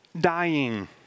dying